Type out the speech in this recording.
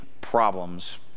problems